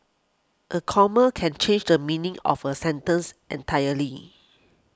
a comma can change the meaning of a sentence entirely